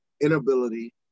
inability